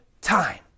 time